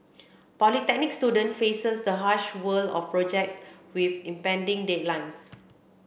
polytechnic student faces the harsh world of projects with impending deadlines